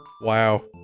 Wow